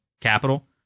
capital